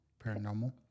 Paranormal